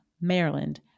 Maryland